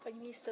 Pani Minister!